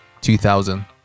2000